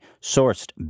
sourced